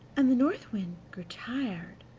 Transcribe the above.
and the north wind grew tired,